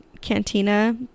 cantina